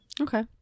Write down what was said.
Okay